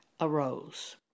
arose